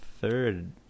third